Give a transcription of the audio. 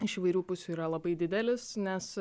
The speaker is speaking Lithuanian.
iš įvairių pusių yra labai didelis nes